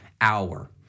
hour